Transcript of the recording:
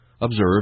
Observe